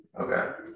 Okay